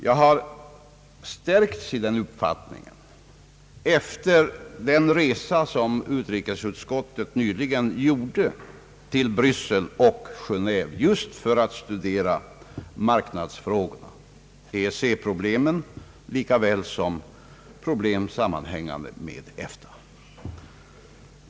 Jag har stärkts i den uppfattningen efter den resa som utrikesutskottet nyligen gjorde till Bryssel och Genéve just för att studera marknadsfrågorna, EEC-problemen lika väl som problem sammanhängande med EFTA.